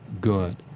good